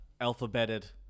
alphabeted